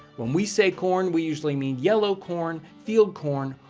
when we say corn we usually mean yellow corn, field corn,